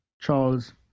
Charles